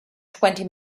twenty